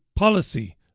Policy